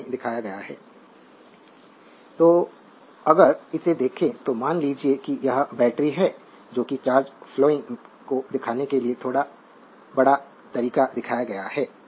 slide समय देखें 1827 तो अगर इसे देखें तो मान लीजिए कि यह बैटरी है जो कि चार्ज फ्लोइंग को दिखाने के लिए थोड़ा बड़ा तरीका दिखाया गया है